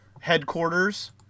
headquarters